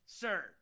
sir